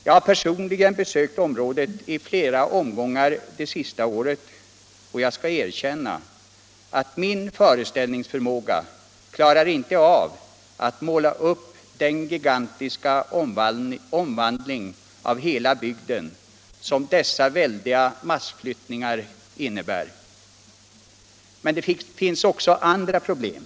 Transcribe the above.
Jag har personligen besökt området i flera omgångar under det senaste året, och jag skall erkänna att min föreställningsförmåga inte klarar av att måla upp den gigantiska omvandling av hela bygden som dessa väldiga massflyttningar innebär. Det finns också andra problem.